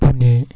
Pune